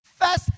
First